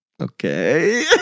okay